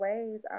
ways